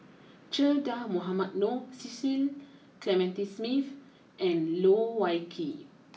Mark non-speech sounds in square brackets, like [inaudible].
Che Dah Mohamed Noor Cecil Clementi Smith [noise] and Loh Wai Kiew